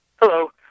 Hello